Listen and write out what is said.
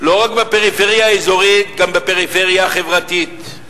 ולא רק בפריפריה האזורית אלא גם בפריפריה החברתית.